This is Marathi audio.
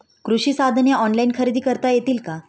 कृषी साधने ऑनलाइन खरेदी करता येतील का?